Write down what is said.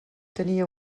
tenia